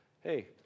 Hey